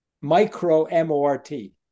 Micro-M-O-R-T